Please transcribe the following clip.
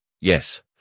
Yes